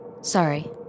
Sorry